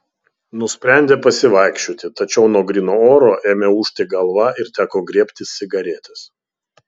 nusprendė pasivaikščioti tačiau nuo gryno oro ėmė ūžti galva ir teko griebtis cigaretės